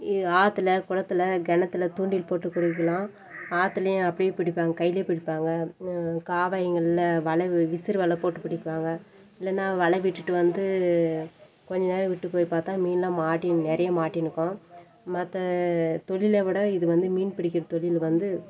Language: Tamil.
இது ஆற்றில் குளத்து கிணத்துல தூண்டில் போட்டு பிடிக்கிலாம் ஆற்றிலே அப்படியே பிடிப்பாங்க கையில் பிடிப்பாங்க காவாய்ங்களில் வலை விசிறு வலை போட்டு பிடிப்பாங்க இல்லைனா வலை விட்டுட்டு வந்து கொஞ்சம் நேரம் விட்டு போய் பார்த்தா மீனுலாம் மாட்டி நிறைய மாட்டின்னிருக்கும் மற்ற தொழிலை விட இது வந்து மீன் பிடிக்கிற தொழில் வந்து